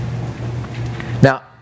Now